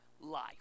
life